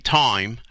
time